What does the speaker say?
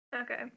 Okay